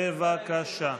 בבקשה.